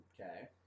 Okay